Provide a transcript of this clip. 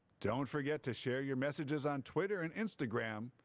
don't forget to share your messages on twitter and instagram.